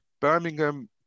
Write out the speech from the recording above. Birmingham